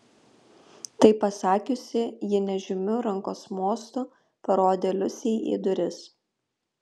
tai pasakiusi ji nežymiu rankos mostu parodė liusei į duris